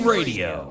Radio